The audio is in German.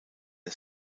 der